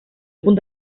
punt